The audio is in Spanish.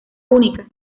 única